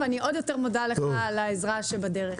ואני עוד יותר מודה לך על העזרה שבדרך.